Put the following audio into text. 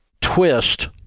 twist